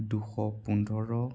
দুশ পোন্ধৰ